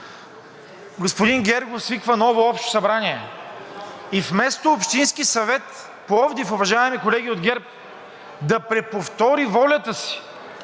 господин Гергов свиква ново Общо събрание и вместо Общинският съвет – Пловдив, уважаеми колеги от ГЕРБ, да преповтори волята си